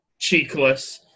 cheekless